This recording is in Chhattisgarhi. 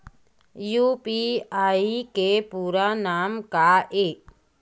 यू.पी.आई के पूरा नाम का ये?